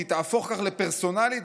היא תהפוך כך לפרסונלית,